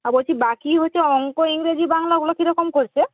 আর বলছি বাকি হচ্ছে অংক ইংরেজি বাংলা ওগুলো কীরকম করছে